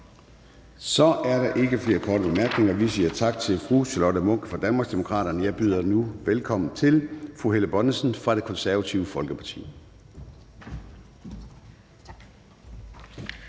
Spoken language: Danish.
Så er der ikke flere korte bemærkninger. Vi siger tak til fru Charlotte Munch fra Danmarksdemokraterne. Jeg byder nu velkommen til fru Helle Bonnesen fra Det Konservative Folkeparti. Kl.